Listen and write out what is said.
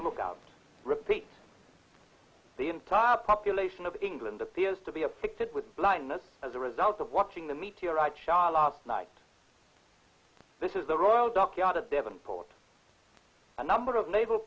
look out repeat the entire population of england appears to be afflicted with blindness as a result of watching the meteorite shot last night this is the royal dockyard of devonport a number of naval